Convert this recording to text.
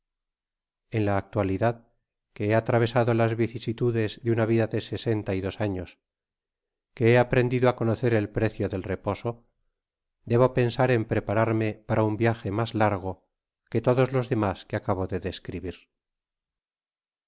en la actualidad que he atravesado las vicisitudes de ana vida de sesenta y dos años que he aprendido á conocer el precio del reposo debo pensar en prepararme para un viaje mas largo que todos los demas que acabo de describir